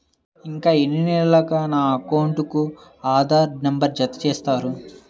ఇంకా ఎన్ని నెలలక నా అకౌంట్కు ఆధార్ నంబర్ను జత చేస్తారు?